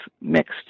mixed